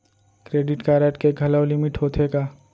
Credit card के घलव limit होथे का?